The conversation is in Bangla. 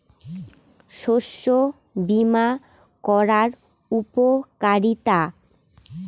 শস্য বিমা করার উপকারীতা?